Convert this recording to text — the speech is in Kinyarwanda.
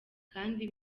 kandi